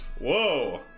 Whoa